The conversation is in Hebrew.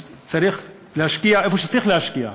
אז צריך להשקיע איפה שצריך להשקיע,